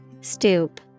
Stoop